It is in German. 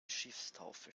schiffstaufe